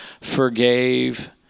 forgave